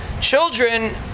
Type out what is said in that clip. children